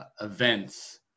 events